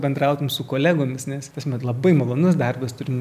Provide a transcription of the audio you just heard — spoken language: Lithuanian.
bendrautum su kolegomis nes kasmet labai malonus darbas turint